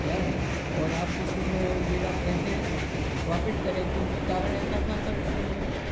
ऐं और आप उस में मेरा पैसे वापस करें क्योंकि कारण ऐसा था सर की